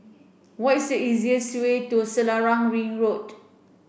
what is the easiest way to Selarang Ring Road